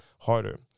harder